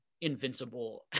invincible